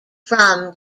from